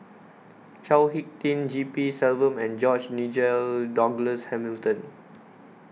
Chao Hick Tin G P Selvam and George Nigel Douglas Hamilton